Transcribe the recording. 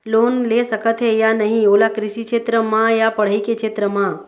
Loan ले सकथे या नहीं ओला कृषि क्षेत्र मा या पढ़ई के क्षेत्र मा?